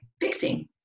fixing